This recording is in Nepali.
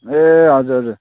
ए हजुर हजुर